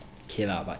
K lah but